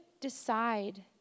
decide